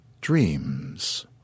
dreams